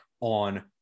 on